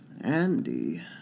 Andy